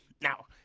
Now